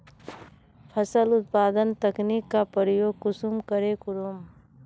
फसल उत्पादन तकनीक का प्रयोग कुंसम करे करूम?